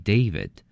David